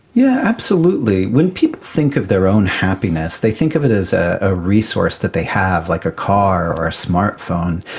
yeah absolutely. when people think of their own happiness they think of it as ah a resource that they have, like a car or a smart phone,